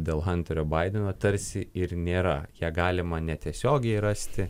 dėl hanterio baideno tarsi ir nėra ją galima netiesiogiai rasti